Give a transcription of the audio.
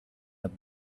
have